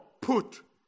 put